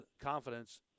confidence